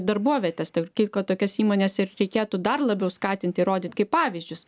darbovietes tarp kitko tokias įmones ir reikėtų dar labiau skatint ir rodyt kaip pavyzdžius